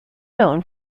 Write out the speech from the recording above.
known